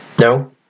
No